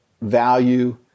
value